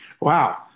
wow